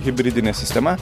hibridine sistema